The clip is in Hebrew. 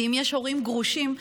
ואם יש הורים גרושים,